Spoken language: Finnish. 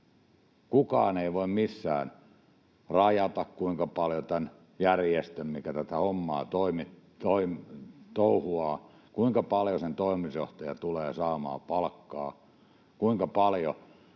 Kukaan ei voi missään rajata, kuinka paljon tämän järjestön, mikä tätä hommaa touhuaa, toimitusjohtaja tulee saamaan palkkaa, kuinka paljon